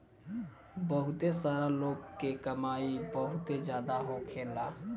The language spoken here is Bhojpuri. बहुते सारा लोग के कमाई बहुत जादा होखेला